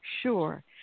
sure